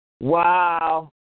Wow